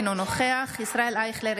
אינו נוכח ישראל אייכלר,